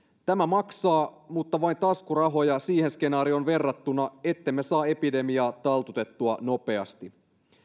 tämä maksaa mutta vain taskurahoja verrattuna siihen skenaarioon ettemme saa epidemiaa taltutettua nopeasti